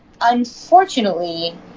unfortunately